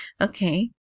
Okay